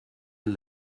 and